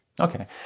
Okay